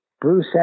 Bruce